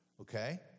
Okay